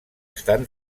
estan